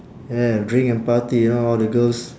yeah drink and party you know all the girls